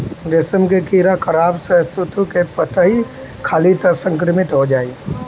रेशम के कीड़ा खराब शहतूत के पतइ खाली त संक्रमित हो जाई